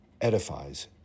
edifies